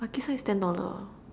Makisan is ten dollar ah